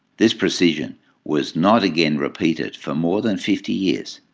this precision was not again repeated for more than fifty years.